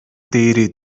değer